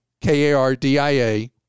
K-A-R-D-I-A